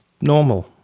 normal